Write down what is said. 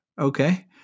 Okay